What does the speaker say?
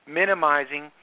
minimizing